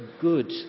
good